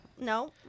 no